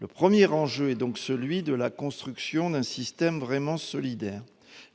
Le premier enjeu est donc celui de la construction d'un système vraiment solidaire.